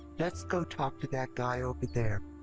let's go talk to that guy over there.